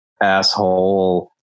asshole